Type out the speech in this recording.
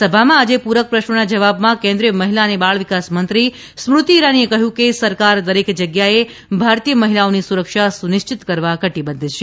રાજ્યસભામાં આજે પૂરક પ્રશ્નના જવાબમાં કેન્દ્રીય મહિલા અને બાળ વિકાસ મંત્રી સ્મૃતિ ઈરાનીએ કહ્યું કે સરકાર દરેક જગ્યા એ ભારતીય મહિલાઓની સુરક્ષા સુનિશ્ચિત કરવા કટિબદ્ધ છે